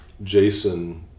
Jason